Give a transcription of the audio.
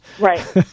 Right